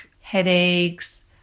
headaches